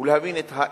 ולהבין את האסימטריה.